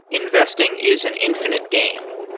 investing is an infinite game.